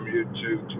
YouTube